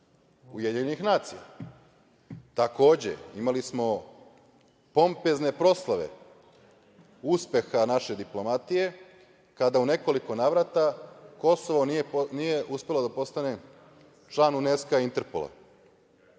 druge članice UN.Takođe, imali smo pompezne proslave uspeha naše diplomatije kada u nekoliko navrata Kosovo nije uspelo da postane član UNESK-a Interpola,